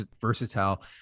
versatile